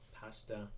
pasta